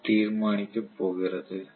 F தீர்மானிக்கப் போகிறது